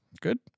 Good